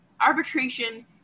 arbitration